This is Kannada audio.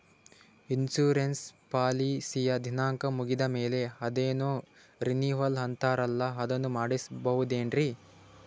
ಇನ್ಸೂರೆನ್ಸ್ ಪಾಲಿಸಿಯ ದಿನಾಂಕ ಮುಗಿದ ಮೇಲೆ ಅದೇನೋ ರಿನೀವಲ್ ಅಂತಾರಲ್ಲ ಅದನ್ನು ಮಾಡಿಸಬಹುದೇನ್ರಿ?